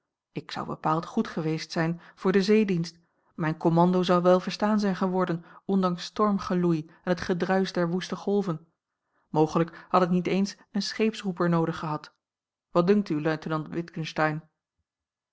ik zou bepaald goed geweest zijn voor den zeedienst mijn commando zou wel verstaan zijn geworden ondanks stormgeloei en het gedruisch der woeste golven mogelijk had ik niet eens een scheepsroeper noodig gehad wat dunkt u luitenant